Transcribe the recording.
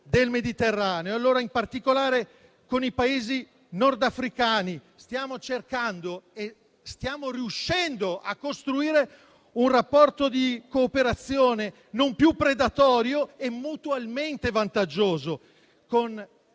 del Mediterraneo. In particolare, con i Paesi nordafricani stiamo cercando e stiamo riuscendo a costruire un rapporto di cooperazione non più predatorio e mutualmente vantaggioso.